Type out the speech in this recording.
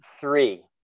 three